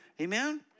Amen